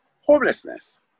homelessness